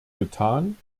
getan